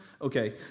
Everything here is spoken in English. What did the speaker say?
Okay